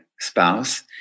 spouse